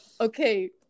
okay